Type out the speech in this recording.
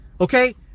Okay